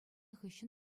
хыҫҫӑн